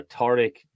rhetoric